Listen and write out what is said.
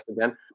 again